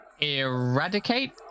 Eradicate